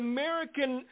American